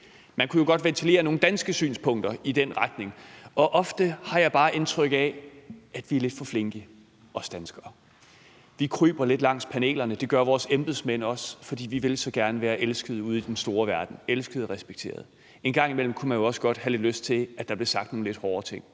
Man kunne jo godt ventilere nogle danske synspunkter i den retning, og ofte har jeg bare indtryk af, at vi er lidt for flinke, os danskere. Vi kryber lidt langs panelerne, og det gør vores embedsmænd også, for vi vil så gerne være elsket ude i den store verden, elsket og respekteret. En gang imellem kunne man jo også godt have lyst til, at der blev sagt nogle lidt hårdere ting.